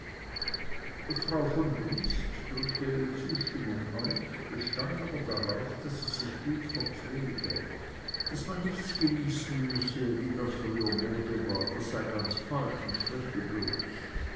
frau von briest drückte ihre zustimmung aus bestand aber darauf daß sie sich gut verpflege daß man nichts genießen müsse wie das früher mode war das sei ganz falsch und schwäche bloß